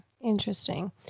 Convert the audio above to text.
interesting